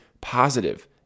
positive